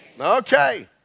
Okay